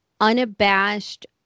unabashed